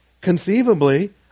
conceivably